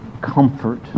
comfort